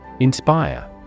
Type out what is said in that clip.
Inspire